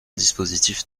dispositif